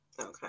Okay